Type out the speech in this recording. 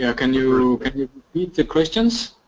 ah can you can you repeat the questions?